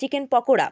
chicken pakora